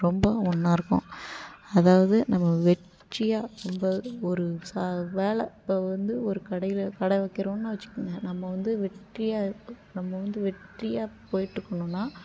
ரொம்ப ஒன்றா இருக்கும் அதாவது நம்ம வெற்றியாக ரொம்ப ஒரு ச வேலை இப்போ வந்து ஒரு கடையில் கடை வைக்கிறோன்னா வச்சுக்கோங்க நம்ம வந்து வெற்றியாக நம்ம வந்து வெற்றியாக போயிட்டு இருக்கணுன்னால்